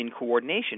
incoordination